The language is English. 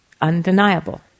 undeniable